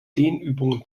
dehnübungen